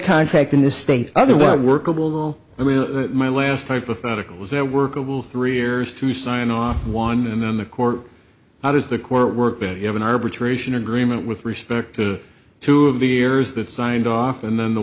contract in this state otherwise workable i mean my last hypothetical was that workable three years to sign off one and then the court how does the court work that you have an arbitration agreement with respect to two of the years that signed off and then the